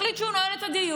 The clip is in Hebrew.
החליט שהוא נועל את הדיון.